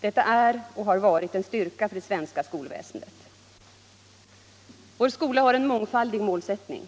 Detta är och har varit en styrka för det svenska skolväsendet. Vår skola har en mångfaldig målsättning.